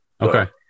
Okay